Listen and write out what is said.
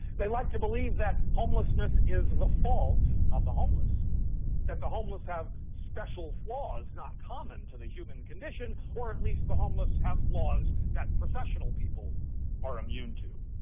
they like to believe that homelessness is the fault of the homeless that the homeless have special flaws not common to the human condition, or at least the homeless have flaws that professional people are immune to.